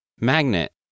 Magnet